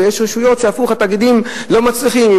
ויש רשויות שהפוך, התאגידים אצלן לא מצליחים.